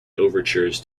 overtures